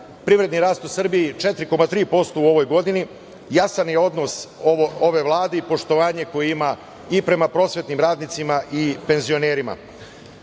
privredni rast u Srbiji 4,3% u ovoj godini, jasan je odnos ove Vlade i poštovanje koje ima i prema prosvetnim radnicima i penzionerima.U